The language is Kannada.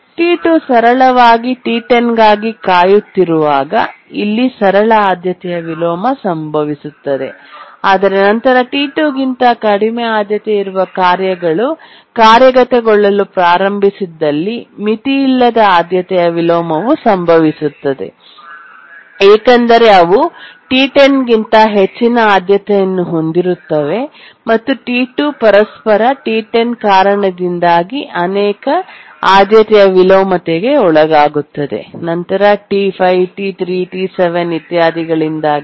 T2 ಸರಳವಾಗಿ T10 ಗಾಗಿ ಕಾಯುತ್ತಿರುವಾಗ ಇಲ್ಲಿ ಸರಳ ಆದ್ಯತೆಯ ವಿಲೋಮ ಸಂಭವಿಸುತ್ತದೆ ಆದರೆ ನಂತರ T2 ಗಿಂತ ಕಡಿಮೆ ಆದ್ಯತೆಯಿರುವ ಕಾರ್ಯಗಳು ಕಾರ್ಯಗತಗೊಳ್ಳಲು ಪ್ರಾರಂಭಿಸಿದಲ್ಲಿ ಮಿತಿಯಿಲ್ಲದ ಆದ್ಯತೆಯ ವಿಲೋಮವು ಸಂಭವಿಸುತ್ತದೆ ಏಕೆಂದರೆ ಅವು T10 ಗಿಂತ ಹೆಚ್ಚಿನ ಆದ್ಯತೆಯನ್ನು ಹೊಂದಿರುತ್ತವೆ ಮತ್ತು T2 ಪರಸ್ಪರ T10 ಕಾರಣದಿಂದಾಗಿ ಅನೇಕ ಆದ್ಯತೆಯ ವಿಲೋಮತೆಗೆ ಒಳಗಾಗುತ್ತದೆ ನಂತರ T5 T3 T7 ಇತ್ಯಾದಿಗಳಿಂದಾಗಿ